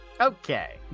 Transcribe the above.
Okay